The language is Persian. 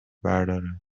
برداره